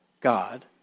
God